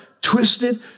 twisted